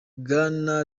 bwana